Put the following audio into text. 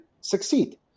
succeed